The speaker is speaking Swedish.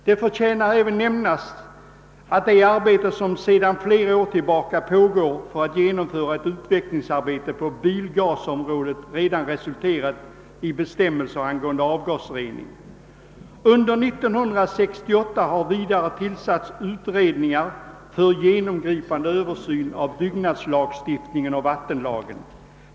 Det förtjänar även att påpekas att det arbete som sedan flera år tillbaka pågår för att genomföra ett utvecklingsarbete på bilgasområdet redan resulterat i bestämmelser angående avgasrening. Under 1968 har vidare tillsatts utredningar för genomgripande Översyn av byggnadslagstiftningen och vattenlagen.